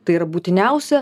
tai yra būtiniausia